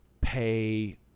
pay